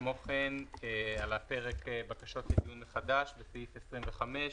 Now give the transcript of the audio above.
כמו כן, על הפרק בקשות לדיון מחדש בסעיף 25,